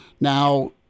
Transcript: Now